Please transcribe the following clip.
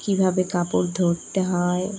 কীভাবে কাপড় ধরতে হয়